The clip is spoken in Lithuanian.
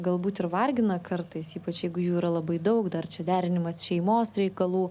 galbūt ir vargina kartais ypač jeigu jų yra labai daug dar čia derinimas šeimos reikalų